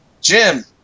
Jim